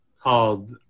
called